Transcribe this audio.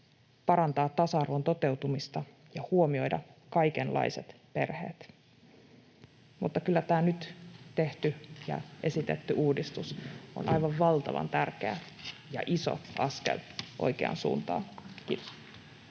parantaa tasa-arvon toteutumista ja huomioida kaikenlaiset perheet. Mutta kyllä tämä nyt tehty ja esitetty uudistus on aivan valtavan tärkeä ja iso askel oikeaan suuntaan. — Kiitos.